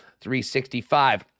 365